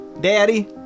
Daddy